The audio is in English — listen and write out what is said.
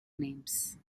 names